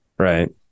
Right